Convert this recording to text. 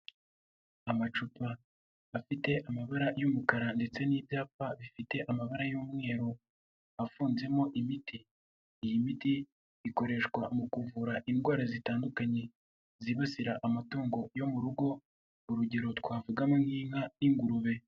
Amacupa afite amabara y'umukara ndetse n'ibyapa bifite amabara y'umweru, afunzemo imiti, iyi miti ikoreshwa mu kuvura indwara zitandukanye zibasira amatungo yo mu rugo urugero twavugamo nk'inka n'ingurube.